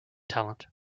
talent